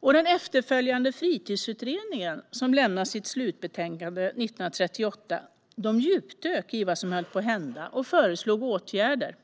Den efterföljande Fritidsutredningen, som lämnade sitt slutbetänkande 1938, djupdök i vad som höll på att hända och föreslog åtgärder.